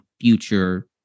future